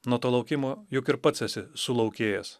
nuo to laukimo juk ir pats esi sulaukėjęs